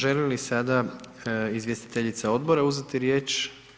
Želi li sada izvjestiteljica Odbora uzeti riječ?